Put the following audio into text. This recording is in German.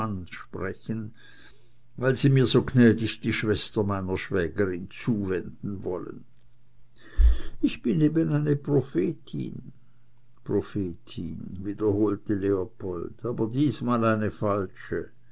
sprechen weil sie mir so gnädig die schwester meiner schwägerin zuwenden wollen ich bin eben eine prophetin sagte corinna prophetin wiederholte leopold aber diesmal eine falsche